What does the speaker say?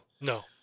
No